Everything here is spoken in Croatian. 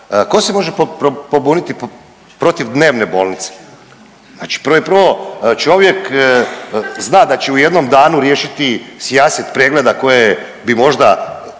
Tko se može pobuniti protiv dnevne bolnice? Znači prvo i prvo čovjek zna da će u jednom danu riješiti …/Govornik se ne